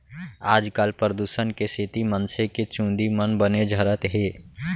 आजकाल परदूसन के सेती मनसे के चूंदी मन बने झरत हें